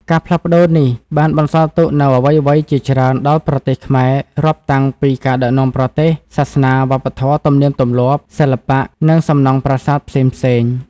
ការផ្លាស់ប្ដូរនេះ បានបន្សល់ទុកនូវអ្វីៗជាច្រើនដល់ប្រទេសខ្មែរ រាប់តាំងពី ការដឹកនាំប្រទេស សាសនា វប្បធម៌ ទំនៀមទម្លាប់ សិល្បៈ និងសំណង់ប្រាសាទផ្សេងៗ។